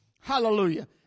Hallelujah